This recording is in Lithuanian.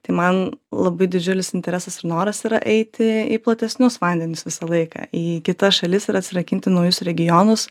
tai man labai didžiulis interesas ir noras yra eiti į platesnius vandenis visą laiką į kitas šalis ir atsirakinti naujus regionus